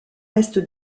reste